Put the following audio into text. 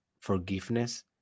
forgiveness